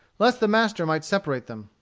lest the master might separate them.